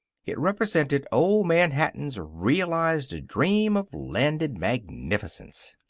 it represented old man hatton's realized dream of landed magnificence.